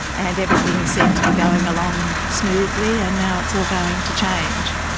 and everything seemed to be going along smoothly and now it's all going to change.